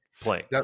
playing